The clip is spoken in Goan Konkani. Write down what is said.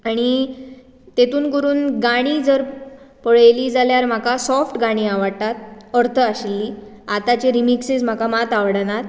आनी तेतून करून गाणी जर पळयलीं जाल्यार म्हाका सॉफ्ट गाणीं आवडटात अर्थ आशिल्लीं आताचे रिमिक्सज म्हाका मात आवडनात